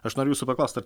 aš noriu jūsų paklaust ar